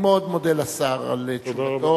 אני מאוד מודה לשר על תשובתו.